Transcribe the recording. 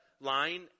line